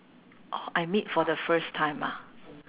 orh I meet for the first time ah